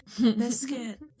biscuit